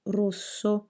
rosso